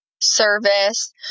service